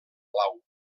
palau